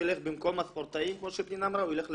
במקום לספורטאים הוא ילך לאברכים.